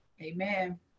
Amen